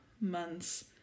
months